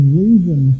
reason